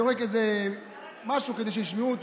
זורק איזה משהו כדי שישמעו אותו.